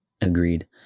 Agreed